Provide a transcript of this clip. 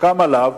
שסוכם עליו,